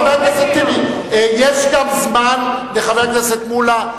חבר הכנסת טיבי, יש גם זמן לחבר הכנסת מולה.